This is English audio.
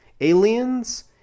Aliens